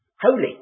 holy